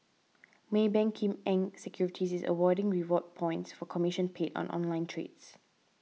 Maybank Kim Eng Securities is awarding reward points for commission paid on online trades